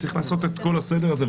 צריך לעשות את כל הסדר הזה,